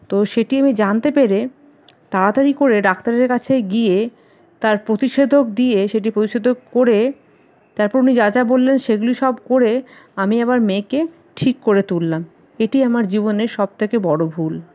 তো সেটি আমি জানতে পেরে তাড়াতাড়ি করে ডাক্তারের কাছে গিয়ে তার প্রতিষেধক দিয়ে সেটি প্রতিষেধক করে তারপর উনি যা যা বললেন সেগুলি সব করে আমি আমার মেয়েকে ঠিক করে তুললাম এটি আমার জীবনের সব থেকে বড়ো ভুল